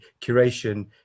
curation